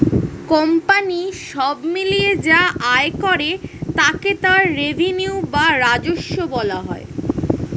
company সব মিলিয়ে যা আয় করে তাকে তার রেভিনিউ বা রাজস্ব বলা হয়